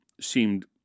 seemed